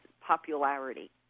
popularity